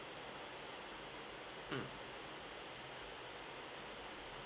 mm